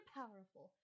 powerful